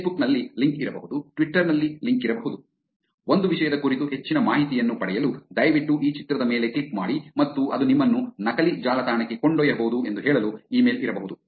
Facebook ನಲ್ಲಿ link ಇರಬಹುದು Twitter ನಲ್ಲಿ ಲಿಂಕ್ ಇರಬಹುದು ಒಂದು ವಿಷಯದ ಕುರಿತು ಹೆಚ್ಚಿನ ಮಾಹಿತಿಯನ್ನು ಪಡೆಯಲು ದಯವಿಟ್ಟು ಈ ಚಿತ್ರದ ಮೇಲೆ ಕ್ಲಿಕ್ ಮಾಡಿ ಮತ್ತು ಅದು ನಿಮ್ಮನ್ನು ನಕಲಿ ಜಾಲತಾಣಕ್ಕೆ ಕೊಂಡೊಯ್ಯಬಹುದು ಎಂದು ಹೇಳಲು ಇಮೇಲ್ ಇರಬಹುದು